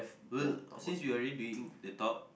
we'll since we we are already doing the talk